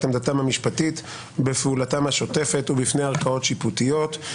עמדתם המשפטית בפעולתם השוטפת ובפני ערכאות שיפוטיות.